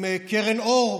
עם קרן אור: